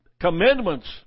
commandments